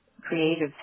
creative